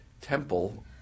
temple